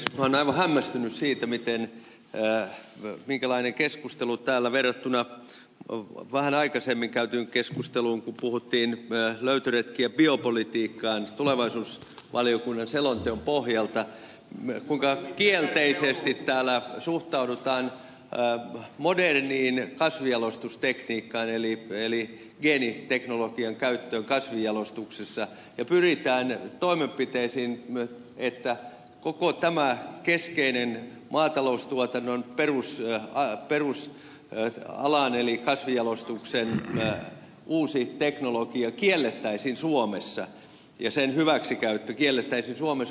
minä olen aivan hämmästynyt siitä minkälainen keskustelu täällä on verrattuna vähän aikaisemmin käytyyn keskusteluun kun puhuttiin tulevaisuusvaliokunnan selonteon löytöretkiä biopolitiikkaan pohjalta kuinka kielteisesti täällä suhtaudutaan moderniin kasvinjalostustekniikkaan eli geeniteknologian käyttöön kasvinjalostuksessa ja pyritään toimenpiteisiin että koko tämä keskeinen maataloustuotannon perusalan eli kasvinjalostuksen uusi teknologia kiellettäisiin suomessa ja sen hyväksikäyttö kiellettäisiin suomessa